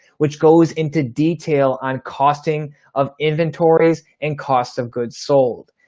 which goes into detail on costing of inventories and costs of goods sold.